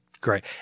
Great